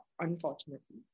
unfortunately